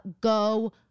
Go